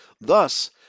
Thus